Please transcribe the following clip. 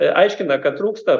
aiškina kad trūksta